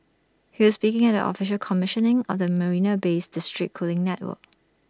he was speaking at the official commissioning of the marina Bay's district cooling network